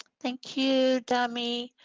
thank you dami.